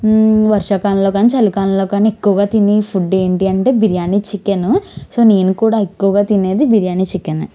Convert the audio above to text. వర్షాకాలంలో కానీ చలి కాలంలో కానీ ఎక్కువగా తినే ఫుడ్ ఏంటీ అంటే బిర్యానీ చికెను సో నేను కూడా ఎక్కువగా తినేది బిర్యానీ చికెన్